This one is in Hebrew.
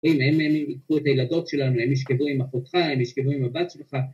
אם הם ייקחו את הילדות שלנו. הם ישכבו עם אחותך, הם ישכבו עם הבת שלך